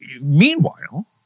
Meanwhile